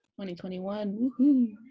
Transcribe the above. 2021